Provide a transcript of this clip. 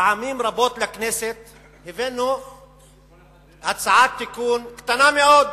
פעמים רבות הבאנו לכנסת הצעת תיקון קטנה מאוד,